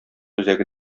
үзәге